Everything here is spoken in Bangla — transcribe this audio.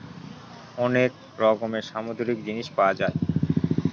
অনেক রকমের সামুদ্রিক জিনিস পাওয়া যায়